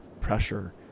pressure